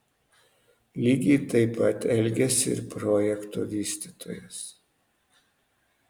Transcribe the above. lygiai taip pat elgėsi ir projekto vystytojas